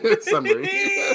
summary